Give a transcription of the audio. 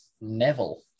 Neville